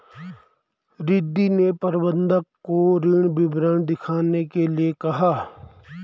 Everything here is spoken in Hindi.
रिद्धी ने प्रबंधक को ऋण विवरण दिखाने के लिए कहा